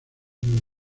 muy